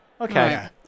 okay